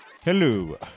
Hello